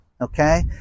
Okay